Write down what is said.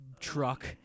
truck